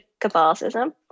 Catholicism